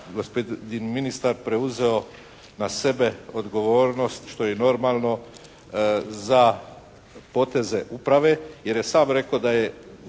sam ministar preuzeo na sebe odgovornost što je i normalno za poteze uprave jer je sam rekao da je